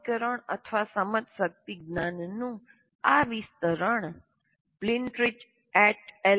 આ વર્ગીકરણ અથવા સમજશકિત જ્ઞાનનું આ વિસ્તરણ પ્લિન્ટ્રિચ એટ